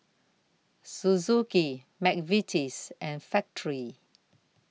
Suzuki Mcvitie's and Factorie